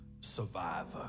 Survivor